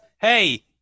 hey